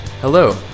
Hello